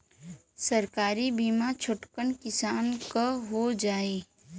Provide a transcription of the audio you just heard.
सरकारी बीमा छोटकन किसान क हो जाई?